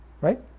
Right